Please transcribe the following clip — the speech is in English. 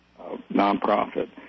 nonprofit